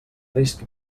risc